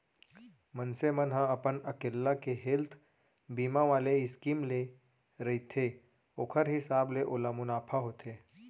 मनसे मन ह अपन अकेल्ला के हेल्थ बीमा वाले स्कीम ले रहिथे ओखर हिसाब ले ओला मुनाफा होथे